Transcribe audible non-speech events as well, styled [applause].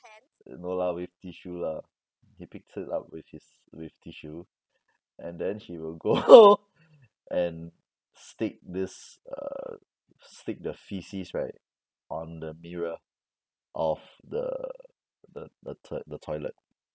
no lah with tissue lah he picks it up with his with tissue and then he will go [laughs] and stick this uh stick the faeces right on the mirror of the the the toi~ the toilet